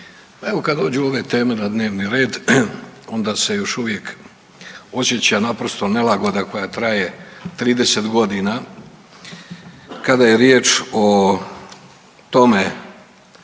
evo kad dođu ove teme na dnevni red onda se još uvijek osjeća naprosto nelagoda koja traje 30.g. kada je riječ o tome